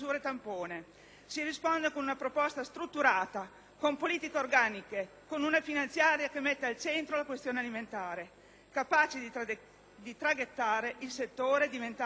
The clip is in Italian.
tampone, ma con una proposta strutturata, con politiche organiche, con una finanziaria che metta al centro la questione alimentare, capace di traghettare il settore e diventare sistema;